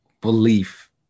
belief